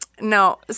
No